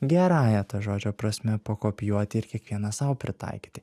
gerąja ta žodžio prasme pakopijuoti ir kiekvienas sau pritaikyti